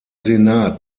senat